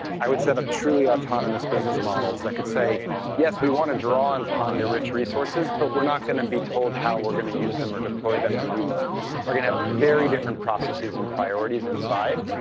i would set up truly autonomous business models that could say yes, we want to draw upon your rich resources, but we're not going to be told how we're going to use them or deploy them and we are going to have very different processes and priorities inside